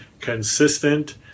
consistent